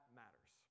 matters